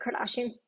Kardashian